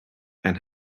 and